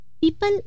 people